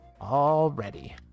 Already